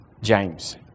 James